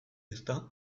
ezta